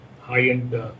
high-end